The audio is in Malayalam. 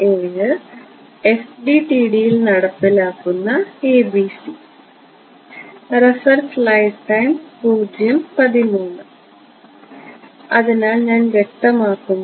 FDTD യിൽ നടപ്പിലാക്കുന്ന ABC അതിനാൽ ഞാൻ വ്യക്തമാക്കുന്നു